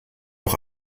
auch